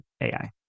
AI